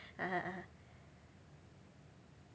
(uh huh) (uh huh)